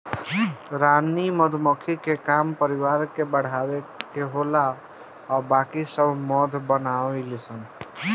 रानी मधुमक्खी के काम परिवार के बढ़ावे के होला आ बाकी सब मध बनावे ली सन